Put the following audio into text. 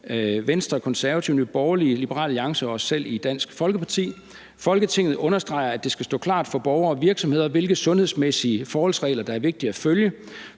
Venstre, Konservative, Nye Borgerlige, Liberal Alliance og os selv i Dansk Folkeparti: Forslag til vedtagelse »Folketinget understreger, at det skal stå klart for borgere og virksomheder, hvilke sundhedsmæssige forholdsregler der er vigtige at følge.